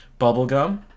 Bubblegum